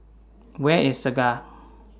Where IS Segar